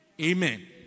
amen